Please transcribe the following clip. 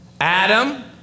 Adam